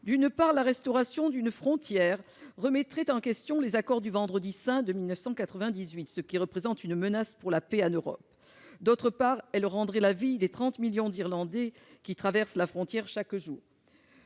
D'une part, la restauration d'une frontière remettrait en question l'accord de paix du Vendredi saint de 1998, ce qui représente une menace pour la paix en Europe. D'autre part, elle compliquerait la vie des 30 millions d'Irlandais qui traversent la frontière chaque jour.